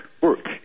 work